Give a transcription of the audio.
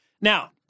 Now